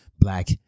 Black